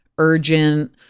urgent